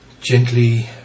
gently